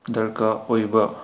ꯗꯔꯀꯥꯔ ꯑꯣꯏꯕ